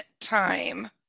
time